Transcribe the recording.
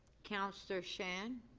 counselor shan?